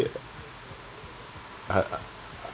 I